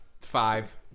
five